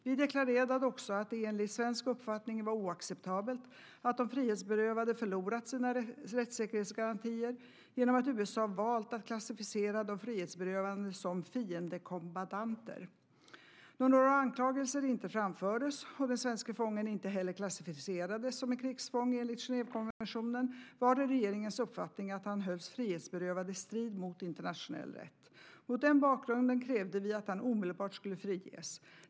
Vi deklarerade också att det enligt svensk uppfattning var oacceptabelt att de frihetsberövade förlorat sina rättssäkerhetsgarantier genom att USA valt att klassificera de frihetsberövade som "fiendekombattanter". Då några anklagelser inte framfördes och den svenske fången inte heller klassificerades som en krigsfånge enligt Genèvekonventionen var det regeringens uppfattning att han hölls frihetsberövad i strid med internationell rätt. Mot den bakgrunden krävde vi att han omedelbart skulle friges.